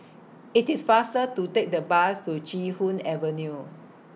IT IS faster to Take The Bus to Chee Hoon Avenue